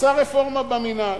עשה רפורמה במינהל.